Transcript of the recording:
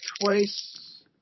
twice